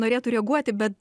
norėtų reaguoti bet